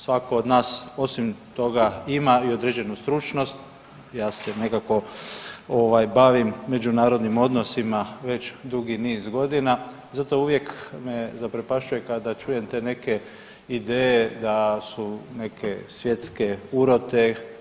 Svako od nas osim toga ima i određenu stručnost ja se nekako bavim međunarodnim odnosima već dugi niz godina, zato me uvijek zaprepašćuje kada čujem te neke ideje da su neke svjetske urote.